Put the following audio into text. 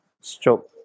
stroke